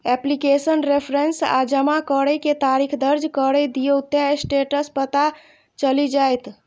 application reference आ जमा करै के तारीख दर्ज कैर दियौ, ते स्टेटस पता चलि जाएत